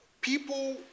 people